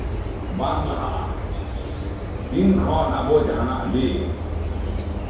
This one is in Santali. ᱵᱟᱝ ᱞᱟᱦᱟᱜᱼᱟ ᱛᱤᱱ ᱠᱷᱚᱱ ᱟᱵᱚ ᱡᱟᱦᱟᱱᱟᱜ ᱜᱮ